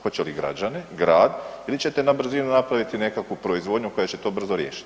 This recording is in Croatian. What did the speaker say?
Hoće li građane, grad ili ćete na brzinu napraviti nekakvu proizvodnju koja će to brzo riješiti?